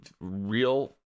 real